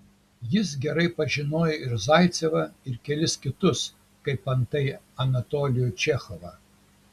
jis gerai pažinojo ir zaicevą ir kelis kitus kaip antai anatolijų čechovą